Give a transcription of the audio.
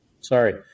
Sorry